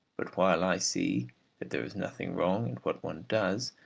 but while i see that there is nothing wrong in what one does,